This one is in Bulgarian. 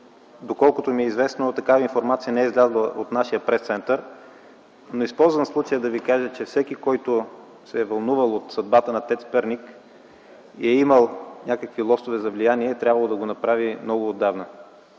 доколкото ми е известно, такава информация не е излязла от нашия Пресцентър, но използвам случая да Ви кажа, че всеки, който се е вълнувал от съдбата на ТЕЦ Перник и е имал някакви лостове за влияние, би трябвало да го направи много отдавна.